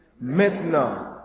Maintenant